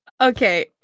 Okay